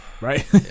Right